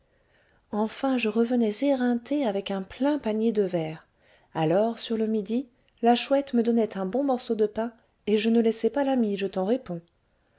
enfin je revenais éreintée avec un plein panier de vers alors sur le midi la chouette me donnait un bon morceau de pain et je ne laissais pas la mie je t'en réponds